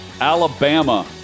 Alabama